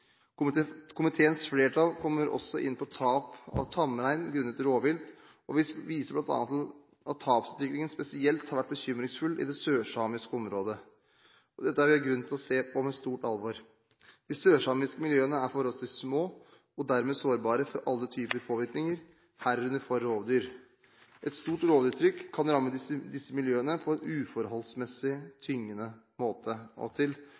dette. Komiteens flertall kommer også inn på tap av tamrein grunnet rovvilt, og viser bl.a. til at tapsutviklingen spesielt har vært bekymringsfull i det sørsamiske området. Dette er det grunn til å se på med stort alvor. De sørsamiske miljøene er forholdsvis små og dermed sårbare for alle typer påvirkninger, herunder for rovdyr. Et stort rovdyrtrykk kan ramme disse miljøene på en uforholdsmessig tyngende måte. Til